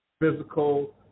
physical